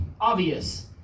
obvious